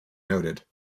noted